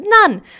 None